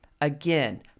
Again